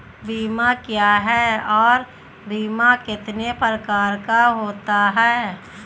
बीमा क्या है और बीमा कितने प्रकार का होता है?